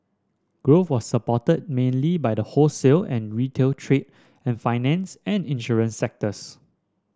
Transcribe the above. growth was supported mainly by the wholesale and retail trade and finance and insurance sectors